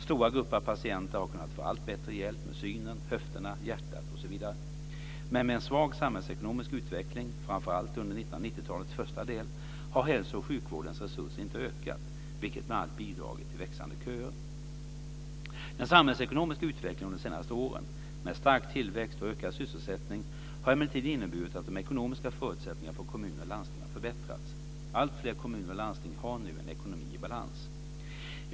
Stora grupper av patienter har kunnat få allt bättre hjälp med synen, höfterna, hjärtat osv. Men med en svag samhällsekonomisk utveckling framför allt under 1990-talets första del har hälso och sjukvårdens resurser inte ökat, vilket bl.a. bidragit till växande köer. Den samhällsekonomiska utvecklingen under de senaste åren, med stark tillväxt och ökad sysselsättning, har emellertid inneburit att de ekonomiska förutsättningarna för kommuner och landsting har förbättrats. Alltfler kommuner och landsting har nu en ekonomi i balans.